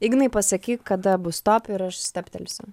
ignai pasakyk kada bus stop ir aš stabtelsiu